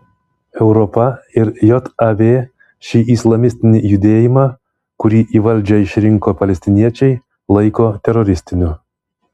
europa ir jav šį islamistinį judėjimą kurį į valdžią išsirinko palestiniečiai laiko teroristiniu